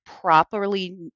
Properly